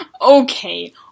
Okay